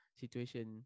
situation